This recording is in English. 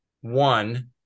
one